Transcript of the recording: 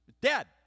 Dead